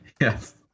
Yes